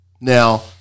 Now